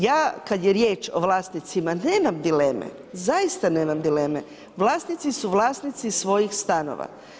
Ja kada je riječ o vlasnicima nemam dileme, zaista nemam dileme, vlasnici su vlasnici svojih stanova.